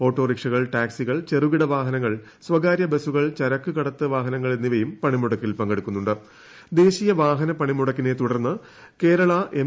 ഓട്ടോറിക്ഷകൾ ടാക്സികൾ ചെറുകിട വാഹനങ്ങൾ സ്വകാര്യ ബസ്റ്റുകൾ ചരക്ക് കടത്ത് വാഹനങ്ങൾ എന്നിവയും പണിമുടക്കിൽ പങ്കെടുക്കുന്നു ദേശീയ വാഹന പണിമുടക്കിനെ തുടർന്ന് കേരള എം